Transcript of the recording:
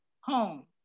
home